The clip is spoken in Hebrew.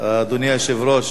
יציג את ההצעה יושב-ראש